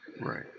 Right